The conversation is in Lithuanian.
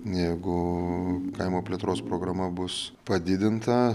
negu kaimo plėtros programa bus padidinta